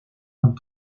vingt